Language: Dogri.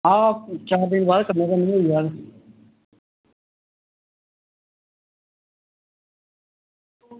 हां ओह् चार दिन बाद कन्नो कन्नी होई जाह्ग